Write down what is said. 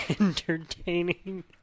entertaining